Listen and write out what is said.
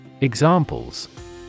Examples